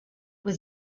was